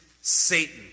Satan